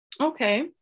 Okay